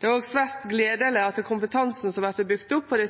Det er òg svært gledeleg at kompetansen som vert bygd opp ved